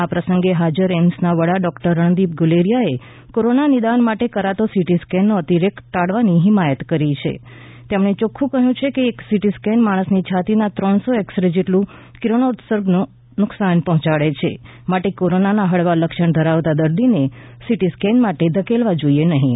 આ પ્રસંગે હાજર એઈમ્સ ના વડા ડોક્ટર રણદીપ ગુલેરિયા એ કોરોના નિદાન માટે કરાતો સિટી સ્કેન નો અતિરેક ટાળવાની હિમાયત કરી છે તેમણે ચોકખું કહ્યું છે કે એક સિટી સ્કૅન માણસની છાતી ના ત્રણસો એક્સ રે જેટલું કિરણોત્સર્ગનું નુકસાન પહોંચાડે છે માટે કોરોના ના હળવા લક્ષણ ધરાવતા દર્દીને સિટી સ્કૅન માટે ધકેલવા જોઈએ નહીં